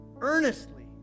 Earnestly